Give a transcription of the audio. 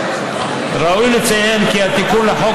ראוי לציין כי התיקון לחוק,